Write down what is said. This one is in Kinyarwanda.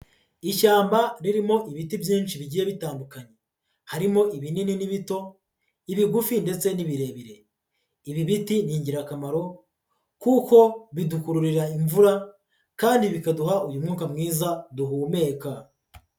Ishyamba ririmo ibiti byinshi bigiye bitandukanye, harimo ibinini n'ibito, ibigufi ndetse n'ibirebire, ibi biti ni ingirakamaro kuko bidukururira imvura kandi bikaduha uyu mwuka mwiza duhumeka.